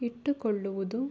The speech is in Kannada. ಇಟ್ಟುಕೊಳ್ಳುವುದು